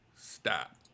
stop